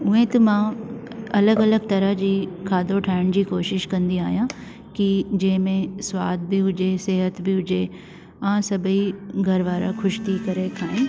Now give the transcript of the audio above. उएं त मां अलॻि अलॻि तरह जी खाधो ठाइण जी कोशिश कंदी आहियां कि जंहिंमे सवाद बि हुजे सिहत बि हुजे ऐं सभई घर वारा ख़ुशि थी करे खाइनि